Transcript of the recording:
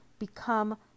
become